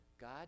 God